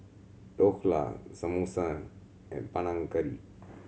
Dhokla Samosa and Panang Curry